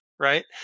Right